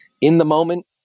in-the-moment